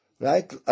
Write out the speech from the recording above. right